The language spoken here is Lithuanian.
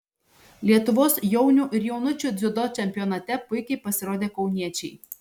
lietuvos jaunių ir jaunučių dziudo čempionate puikiai pasirodė kauniečiai